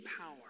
power